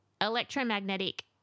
electromagnetic